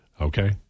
Okay